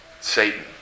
Satan